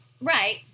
Right